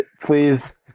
please